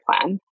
plan